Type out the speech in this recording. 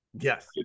Yes